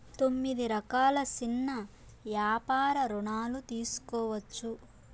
తొమ్మిది రకాల సిన్న యాపార రుణాలు తీసుకోవచ్చు